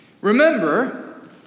Remember